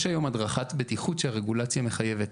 יש היום הדרכת בטיחות שהרגולציה מחייבת